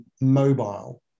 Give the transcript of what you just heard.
mobile